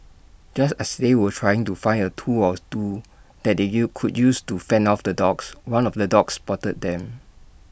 just as they were trying to find A tool or two that they you could use to fend off the dogs one of the dogs spotted them